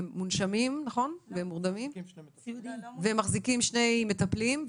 הם מונשמים והם מורדמים והם מחזיקים שני מטפלים,